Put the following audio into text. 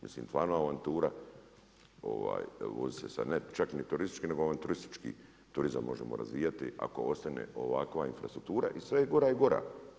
Mislim stvarno avantura vozit se sa ne čak ni turističkim, nego avanturistički turizam možemo razvijati ako ostane ovakva infrastruktura i sve je gora i gora.